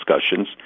discussions